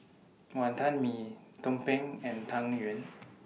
Wonton Mee Tumpeng and Tang Yuen